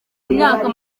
imyaka